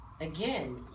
Again